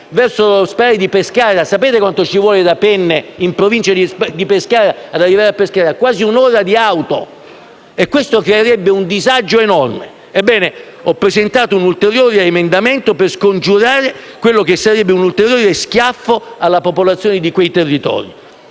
verso l'ospedale di Pescara. Sapete quanto ci vuole da Penne in provincia di Pescara ad arrivare a Pescara? Occorre quasi un'ora di auto e questo creerebbe un disagio enorme. Ebbene, ho presentato un ulteriore l'emendamento per scongiurare quello che sarebbe un ulteriore schiaffo alla popolazione di quei territori.